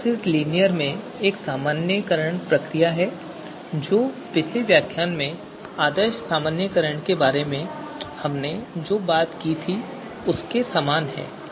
TOPSIS linear में एक सामान्यीकरण प्रक्रिया है जो पिछले व्याख्यान में आदर्श सामान्यीकरण के बारे में हमने जो बात की थी उसके समान है